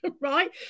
Right